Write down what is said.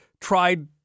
tried